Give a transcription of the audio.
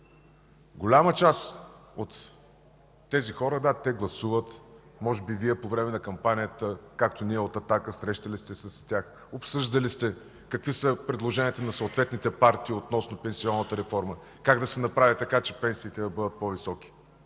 Голяма част от тези хора – да, те гласуват. Може би и Вие по време на кампанията, както и ние от „Атака”, сте се срещали с тях, обсъждали сте какви са предложенията на съответните партии относно пенсионната реформа, как да се направи така, че пенсиите да бъдат по-високи,